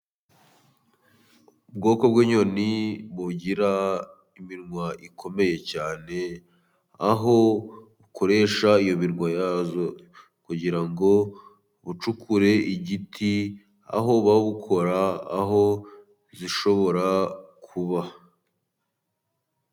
Ubwoko bw'inyoni bugira iminwa ikomeye cyane, aho ukoresha iyo mirwa yazo kugira ngo ucukure igiti, aho bawukora aho zishobora kuba.